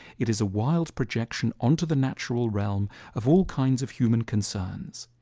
it is a wild projection onto the natural realm of all kinds of human concerns.